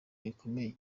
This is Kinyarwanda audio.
bikomeye